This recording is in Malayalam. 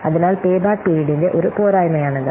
അതിനാൽ പേ ബാക്ക് പീരീഡ്ൻറെ ഒരു പോരായ്മയാണിത്